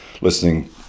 listening